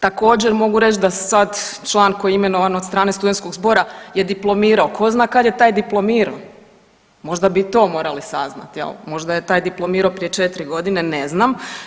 Također mogu reć da sad član koji je imenovan od strane studentskog zbora je diplomirao, ko zna kad je taj diplomirao, možda bi to morali saznati jel, možda je taj diplomirao prije 4.g., ne znam.